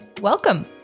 Welcome